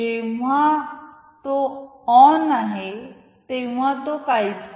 जेन्व्हा तॊ ओन आहे तेन्व्हा तो काहीच करत नाही